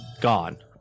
gone